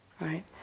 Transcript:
right